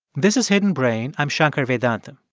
this is hidden brain. i'm shankar vedantam.